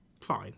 fine